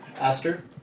Aster